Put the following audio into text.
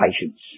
patience